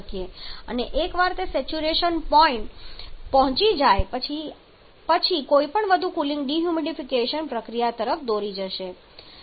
અને એકવાર તે સેચ્યુરેશન પોઇન્ટએ પહોંચી જાય પછી કોઈપણ વધુ કુલિંગ ડિહ્યુમિડિફિકેશન પ્રક્રિયા તરફ દોરી જશે